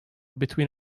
between